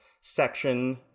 section